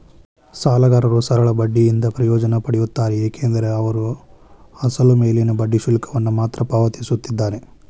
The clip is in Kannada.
ಸಾಲಗಾರರು ಸರಳ ಬಡ್ಡಿಯಿಂದ ಪ್ರಯೋಜನ ಪಡೆಯುತ್ತಾರೆ ಏಕೆಂದರೆ ಅವರು ಅಸಲು ಮೇಲಿನ ಬಡ್ಡಿ ಶುಲ್ಕವನ್ನು ಮಾತ್ರ ಪಾವತಿಸುತ್ತಿದ್ದಾರೆ